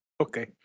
Okay